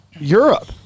Europe